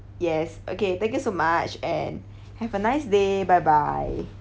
yes okay thank you so much and have a nice day bye bye